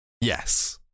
Yes